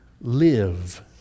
live